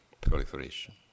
proliferation